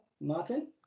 Martin